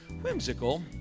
whimsical